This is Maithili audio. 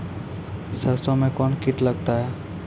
सरसों मे कौन कीट लगता हैं?